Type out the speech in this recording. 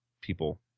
people